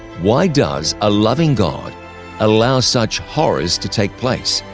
why does a loving god allow such horrors to take place?